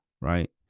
right